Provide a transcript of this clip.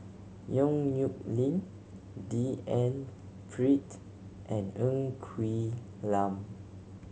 Yong Nyuk Lin D N Pritt and Ng Quee Lam